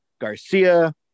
Garcia